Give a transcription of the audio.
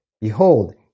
Behold